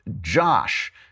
Josh